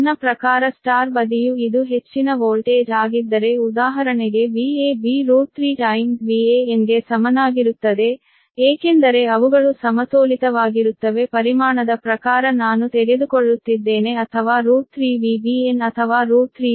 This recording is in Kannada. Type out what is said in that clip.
ನನ್ನ ಪ್ರಕಾರ Y ಬದಿಯು ಇದು ಹೆಚ್ಚಿನ ವೋಲ್ಟೇಜ್ ಆಗಿದ್ದರೆ ಉದಾಹರಣೆಗೆ VAB √3 times VAn ಗೆ ಸಮನಾಗಿರುತ್ತದೆ ಏಕೆಂದರೆ ಅವುಗಳು ಸಮತೋಲಿತವಾಗಿರುತ್ತವೆ ಪರಿಮಾಣದ ಪ್ರಕಾರ ನಾನು ತೆಗೆದುಕೊಳ್ಳುತ್ತಿದ್ದೇನೆ ಅಥವಾ 3VBn ಅಥವಾ 3VCn